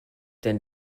denn